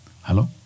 Hello